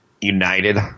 United